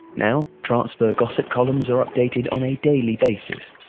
now, transfer gossip columns are updated on a daily basis.